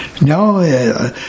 No